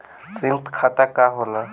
सयुक्त खाता का होला?